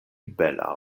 bela